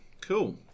cool